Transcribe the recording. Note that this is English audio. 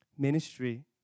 Ministry